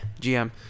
GM